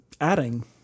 adding